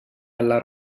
alla